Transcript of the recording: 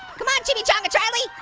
come on, chimichanga charlie.